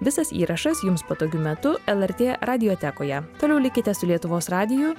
visas įrašas jums patogiu metu lrt radiotekoje toliau likite su lietuvos radiju